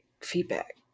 feedback